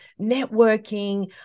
networking